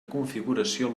configuració